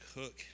hook